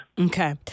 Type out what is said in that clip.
Okay